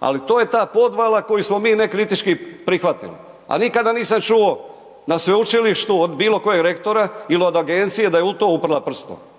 ali to je ta podvala koju smo mi nekritički prihvatili a nikada nisam čuo na sveučilištu od bilokojeg rektora ili od agencije da je da je u to uprla prstom.